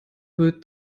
wird